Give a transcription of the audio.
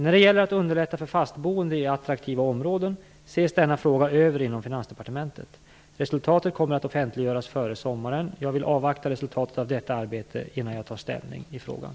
När det gäller att underlätta för fastboende i attraktiva områden ses denna fråga över inom Finansdepartementet. Resultatet kommer att offentliggöras före sommaren. Jag vill avvakta resultatet av detta arbete innan jag tar ställning i frågan.